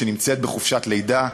שנמצאת בחופשת לידה,